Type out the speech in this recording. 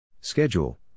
Schedule